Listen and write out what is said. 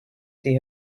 see